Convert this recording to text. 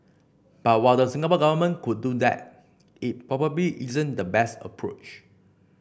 but while the Singapore Government could do that it probably isn't the best approach